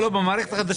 לא, במערכת החדשה.